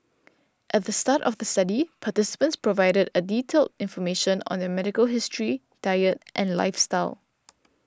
at the start of the study participants provided a detailed information on their medical history diet and lifestyle